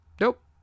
nope